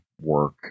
work